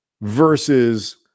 versus